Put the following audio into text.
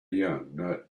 young